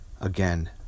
again